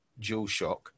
DualShock